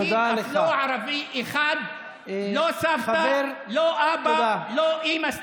לא תפחיד, לא ערבי אחד, לא סבתא, לא אבא, לא אימא.